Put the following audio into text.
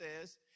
says